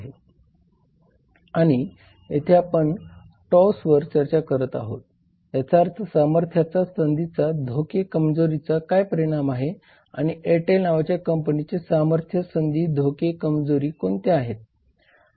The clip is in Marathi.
आणि येथे आपण येथे टॉव्सवर चर्चा करतो याचा अर्थ सामर्थ्याचा संधीचा धोके कमजोरीचा काय परिणाम आहे आणि एअरटेल नावाच्या कंपनीचे सामर्थ्य संधी धोके कमजोरी कोणत्या आहेत